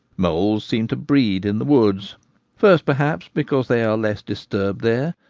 moles seem to breed in the woods first perhaps because they are less disturbed there,